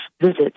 visits